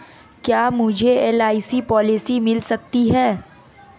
क्या मुझे LIC policy मिल सकती है?